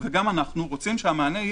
הם צריכים מענה.